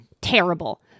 Terrible